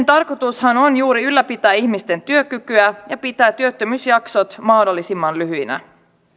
tarkoitushan on juuri ylläpitää ihmisten työkykyä ja pitää työttömyysjaksot mahdollisimman lyhyinä